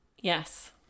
Yes